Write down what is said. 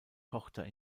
tochter